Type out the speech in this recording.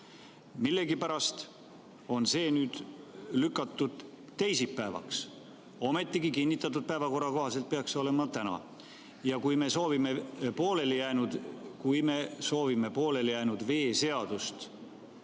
Millegipärast on see nüüd lükatud teisipäevaks, ometigi kinnitatud päevakorra kohaselt peaks see olema täna. Kui me soovime pooleli jäänud veeseadust